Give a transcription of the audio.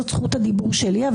זאת זכות הדיבור שלי,